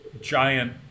giant